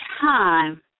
time